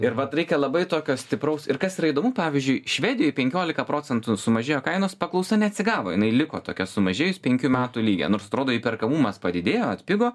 ir vat reikia labai tokio stipraus ir kas yra įdomu pavyzdžiui švedijoj penkiolika procentų sumažėjo kainos paklausa neatsigavo jinai liko tokia sumažėjus penkių metų lygyje nors atrodo įperkamumas padidėjo atpigo